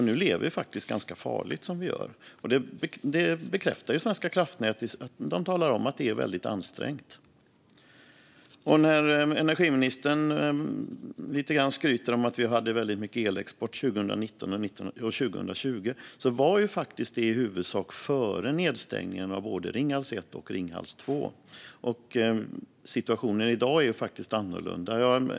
Nu lever vi ganska farligt. Det bekräftar Svenska kraftnät. De talar om att det är väldigt ansträngt. Energiministern skryter lite grann om att vi hade mycket elexport 2019 och 2020. Det var ju i huvudsak före nedstängningen av både Ringhals 1 och Ringhals 2. Situationen är annorlunda i dag.